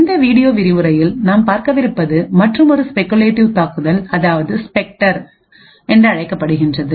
இந்த வீடியோ விரிவுரையில் நாம்பார்க்கவிருப்பது மற்றுமொரு ஸ்பெகுலேட்டிவ் தாக்குதல் அதாவது ஸ்பெக்டர் என்று அழைக்கப்படுகின்றது